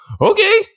okay